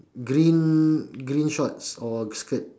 green green shorts or skirt